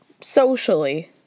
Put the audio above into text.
socially